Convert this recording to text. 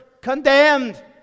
condemned